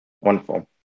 Wonderful